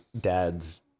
dad's